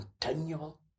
continual